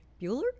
Bueller